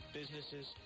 businesses